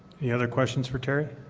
any other questions for terry?